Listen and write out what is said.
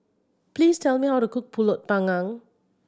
please tell me how to cook Pulut Panggang